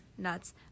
Nuts